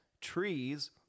trees